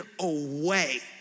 away